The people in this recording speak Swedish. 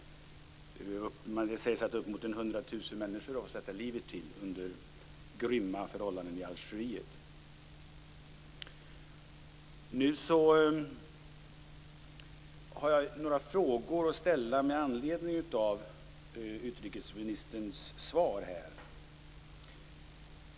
Det sägs att uppemot 100 000 människor fått sätta livet till under grymma förhållanden i Algeriet. Jag har några frågor att ställa med anledning av utrikesministerns svar.